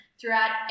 throughout